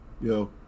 Yo